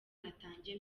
natangiye